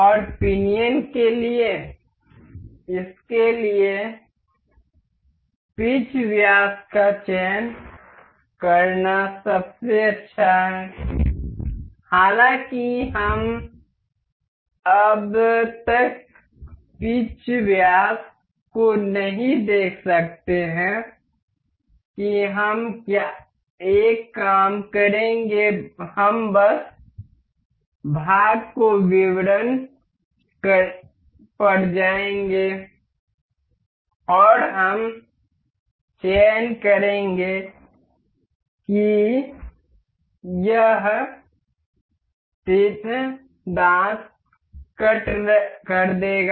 और पिनियन के लिए इसके लिए पिच व्यास का चयन करना सबसे अच्छा है हालाँकि हम अब तक पिच व्यास को नहीं देख सकते हैं कि हम एक काम करेंगे हम बस भाग के विवरण पर जाएंगे और हम चयन करेंगे कि यह दांत कट कर देगा